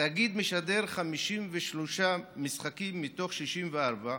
התאגיד משדר 53 משחקים מתוך 64,